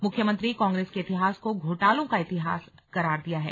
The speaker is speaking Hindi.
मुख्यमंत्री ने कांग्रेस के इतिहास को घोटालो का इतिहास करार दिया है